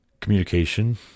communication